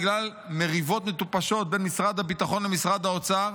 בגלל מריבות מטופשות בין משרד הביטחון למשרד האוצר,